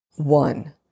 One